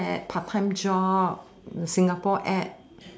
ad part part time job singapore ad